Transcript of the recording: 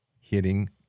hitting